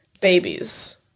Babies